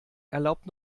erlaubt